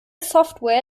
software